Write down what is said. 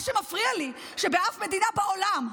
מה שמפריע לי זה שבאף מדינה בעולם,